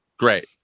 Great